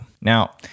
Now